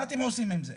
מה אתם עושים עם זה?